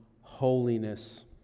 holiness